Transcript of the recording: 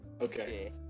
Okay